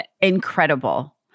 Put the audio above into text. incredible